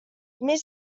més